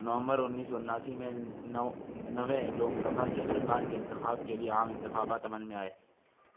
نومبر انیس سو انناسی میں نویں لوک سبھا کے ارکان کے انتخاب کے لیے عام انتخابات عمل میں آئے